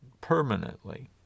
permanently